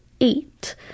eight